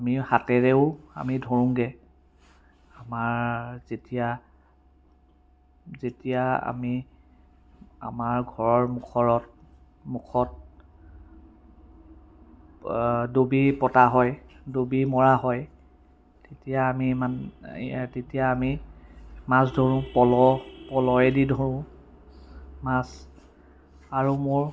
আমি হাতেৰেও আমি ধৰোঁগৈ আমাৰ যেতিয়া যেতিয়া আমি আমাৰ ঘৰৰ মুখৰত মুখত ডুবি পতা হয় ডুবি মৰা হয় তেতিয়া আমি ইমান তেতিয়া আমি মাছ ধৰোঁ পল পলয়েদি ধৰোঁ মাছ আৰু মোৰ